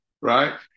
Right